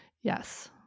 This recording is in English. Yes